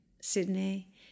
Sydney